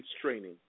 training